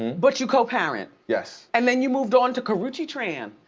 but you co-parent? yes. and then you moved on to karrueche tran?